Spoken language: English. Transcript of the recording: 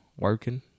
working